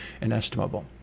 inestimable